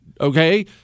Okay